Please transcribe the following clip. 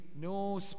no